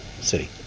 city